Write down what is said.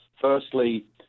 firstly